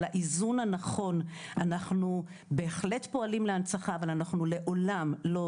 אנחנו בהחלט פועלים להנצחה אבל אנחנו לעולם לא